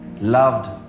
loved